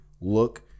Look